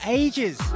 ages